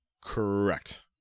Correct